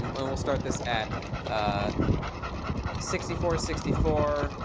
um and we'll start this at ah sixty four, sixty four.